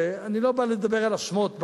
אני לא עוסק כאן בהאשמות,